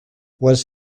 was